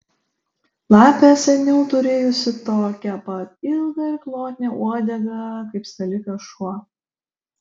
lapė seniau turėjusi tokią pat ilgą ir glotnią uodegą kaip skalikas šuo